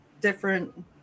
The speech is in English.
different